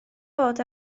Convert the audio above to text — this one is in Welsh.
bod